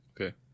Okay